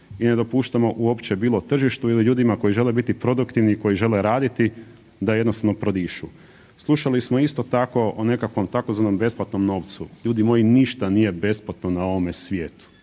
i ne dopuštamo uopće bilo tržištu ili ljudima koji žele biti produktivni i koji žele raditi da jednostavno prodišu. Slušali smo isto tako o nekakvom tzv. besplatnom novcu. Ljudi moji ništa nije besplatno na ovome svijetu,